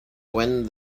when